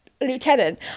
lieutenant